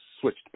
switched